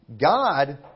God